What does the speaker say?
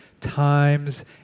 times